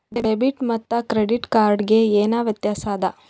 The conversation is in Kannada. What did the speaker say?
ಡೆಬಿಟ್ ಮತ್ತ ಕ್ರೆಡಿಟ್ ಕಾರ್ಡ್ ಗೆ ಏನ ವ್ಯತ್ಯಾಸ ಆದ?